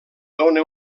dóna